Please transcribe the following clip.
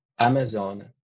Amazon